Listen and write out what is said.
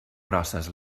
grosses